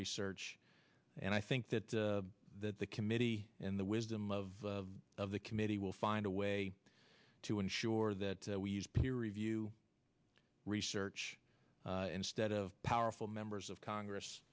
research and i think that that the committee and the wisdom of of the committee will find a way to ensure that we use peer review research instead of powerful members of congress